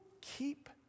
keep